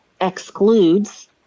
excludes